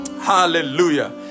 hallelujah